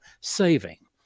saving